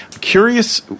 Curious